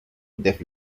def